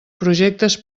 projectes